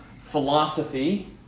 philosophy